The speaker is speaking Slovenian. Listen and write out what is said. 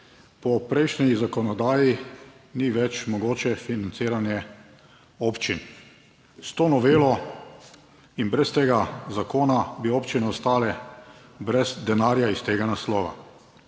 po prejšnji zakonodaji ni več mogoče financiranje občin. S to novelo in brez tega zakona bi občine ostale brez denarja iz tega naslova.